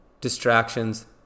Distractions